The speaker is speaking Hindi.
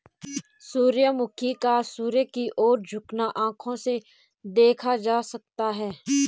सूर्यमुखी का सूर्य की ओर झुकना आंखों से देखा जा सकता है